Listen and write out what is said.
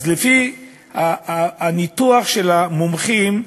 אז לפי הניתוח של המומחים,